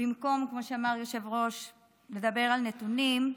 במקום לדבר על נתונים,